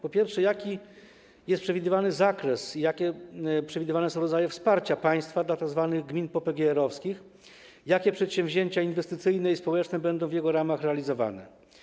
Po pierwsze, jaki jest przewidywany zakres, jakie są przewidywane rodzaje wsparcia państwa dla tzw. gmin popegeerowskich, jakie przedsięwzięcia inwestycyjne i społeczne będą w jego ramach realizowane?